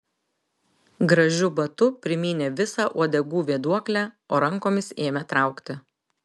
gražiu batu primynė visą uodegų vėduoklę o rankomis ėmė traukti